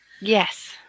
yes